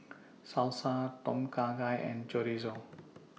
Salsa Tom Kha Gai and Chorizo